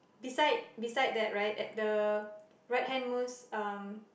beside beside that right at the righthand most um